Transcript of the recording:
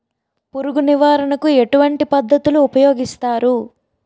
పురుగు నివారణ కు ఎటువంటి పద్ధతులు ఊపయోగిస్తారు?